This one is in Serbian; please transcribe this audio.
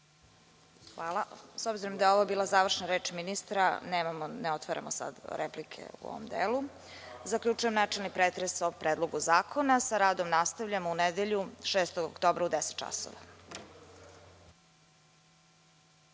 Hvala.S obzirom da je ovo bila završna reč ministra ne otvaramo dalje replike u ovom delu. Zaključujem načelni pretres o Predlogu zakona. Sa radom nastavljamo u nedelju, 6. oktobra, u 10.00